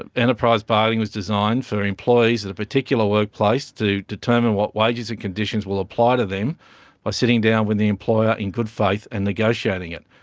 enterprise bargaining was designed for employees at a particular workplace to determine what wages and conditions will apply to them by sitting down with the employer in good faith and negotiating it.